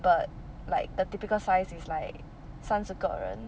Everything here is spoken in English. but like the typical size is like 三十个人